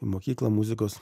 mokyklą muzikos